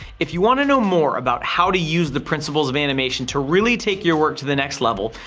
if you wanna know more about how to use the principles of animation to really take your work to the next level,